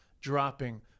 dropping